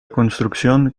construcción